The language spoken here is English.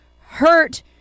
hurt